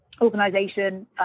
organization